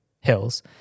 hills